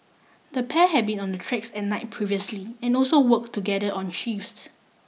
the pair had been on the tracks at night previously and also worked together on shifts